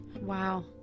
Wow